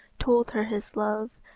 told her his love,